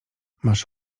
masz